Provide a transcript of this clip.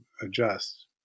adjust